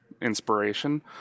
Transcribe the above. inspiration